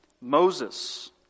Moses